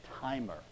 timer